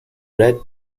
red